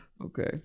Okay